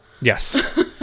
Yes